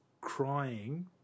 crying